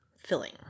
filling